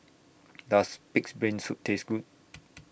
Does Pig'S Brain Soup Taste Good